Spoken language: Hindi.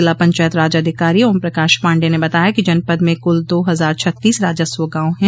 जिला पंचायत राज अधिकारी ओम प्रकाश पाण्डेय ने बताया कि जनपद में कुल दो हजार छत्तीस राजस्व गांव है